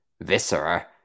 viscera